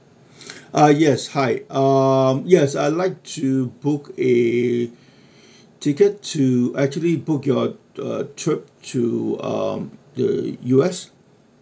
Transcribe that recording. uh yes hi uh yes I'd like to book a ticket to actually book your uh trip to uh the U_S